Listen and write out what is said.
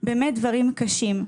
באמת דברים קשים.